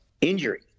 injury